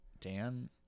Dan